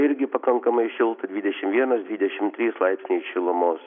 irgi pakankamai šilta dvidešim vienas dvidešim trys laipsniai šilumos